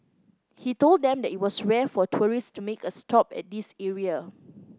he told them that it was rare for tourists to make a stop at this area